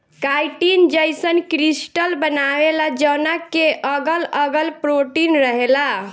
chitin जईसन crystal बनावेला जवना के अगल अगल प्रोटीन रहेला